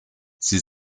sie